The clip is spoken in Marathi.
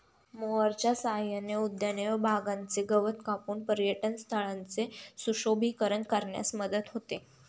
मोअरच्या सहाय्याने उद्याने व बागांचे गवत कापून पर्यटनस्थळांचे सुशोभीकरण करण्यास मदत होते